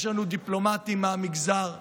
יש לנו דיפלומטים מהמגזר הדרוזי,